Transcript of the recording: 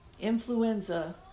influenza